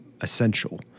essential